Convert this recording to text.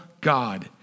God